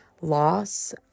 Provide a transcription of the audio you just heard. loss